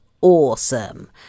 awesome